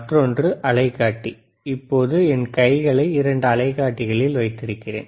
மற்றொன்று அலைக்காட்டி இப்போது என் கைகளை இரண்டு அலைக்காட்டிகளில் வைத்திருக்கிறேன்